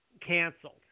canceled